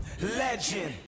Legend